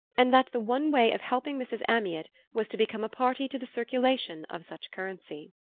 and that the one way of helping mrs. amyot was to become a party to the circulation of such currency.